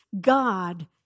God